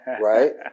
right